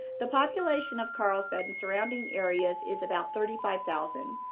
the population of carlsbad and surrounding areas is about thirty five thousand.